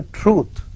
truth